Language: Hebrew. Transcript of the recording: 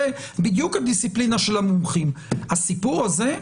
זה בדיוק הדיסציפלינה של המומחים, הסיפור הזה,